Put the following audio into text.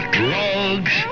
drugs